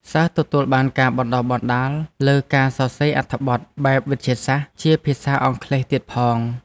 សិស្សទទួលបានការបណ្តុះបណ្តាលលើការសរសេរអត្ថបទបែបវិទ្យាសាស្ត្រជាភាសាអង់គ្លេសទៀតផង។